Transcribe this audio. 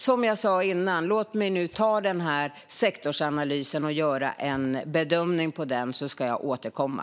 Som jag sa tidigare: Låt mig nu ta den här sektorsanalysen och göra en bedömning av den, så ska jag återkomma.